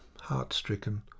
heart-stricken